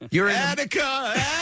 Attica